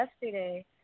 yesterday